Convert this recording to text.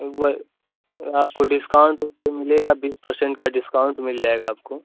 वही आपको डिस्काउन्ट से मिलेगा बीस परसेन्ट का डिस्काउन्ट मिल जाएगा आपको